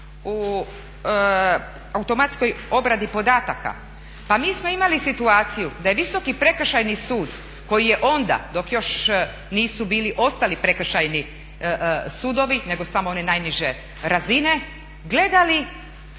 u automatskoj obradi podataka. Pa mi smo imali situaciju da je Visoki prekršajni sud koji je onda dok još nisu bili ostali prekršajni sudovi nego samo one najniže razine gledali